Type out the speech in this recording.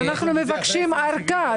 אז אנחנו מבקשים ארכה,